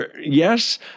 Yes